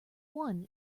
one